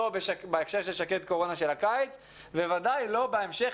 לא בהקשר של שקד קורונה של הקיץ ובוודאי לא בהמשך